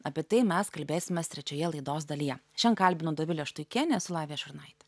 apie tai mes kalbėsimės trečioje laidos dalyje šiandien kalbinu dovilę štuikienę esu lavija šurnaitė